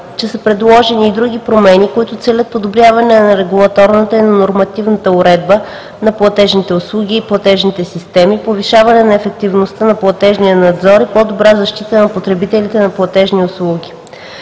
че са предложени и други промени, които целят подобряване на регулаторната и на нормативната уредба на платежните услуги и на платежните системи, повишаване на ефективността на платежния надзор и по-добра защита на потребителите на платежни услуги.